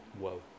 Whoa